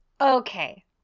Okay